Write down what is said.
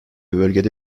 bölgede